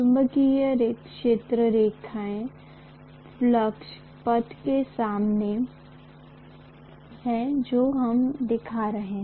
चुंबकीय क्षेत्र रेखाएं फ्लक्स पथ के समान हैं जो हम दिखा रहे हैं